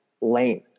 lane